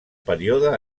període